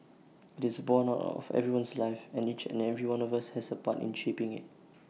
IT is borne out of everyone's life and each and every one of us has A part in shaping IT